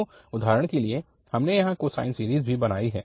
तो उदाहरण के लिए हमने यहाँ कोसाइन सीरीज़ भी बनाई है